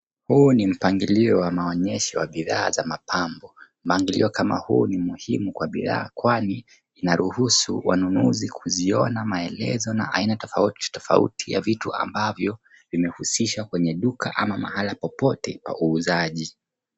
Huu ni mpangilio wa maonyesho ya bidhaa za mapambo . Mpangilio kama huu ni muhimu kwa bidhaa kwani inaruhusu wanunuzi kuziona maelezo na aina tofauti tofauti ya vitu ambavyo vimehusishwa kwenye duka ama mahala popote pa uuzaji.